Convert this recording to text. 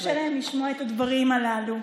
קשה להם לשמוע את הדברים הללו,